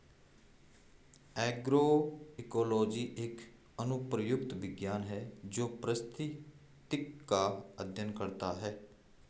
agroecology एक अनुप्रयुक्त विज्ञान है जो पारिस्थितिक का अध्ययन करता है